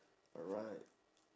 alright